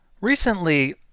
Recently